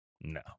No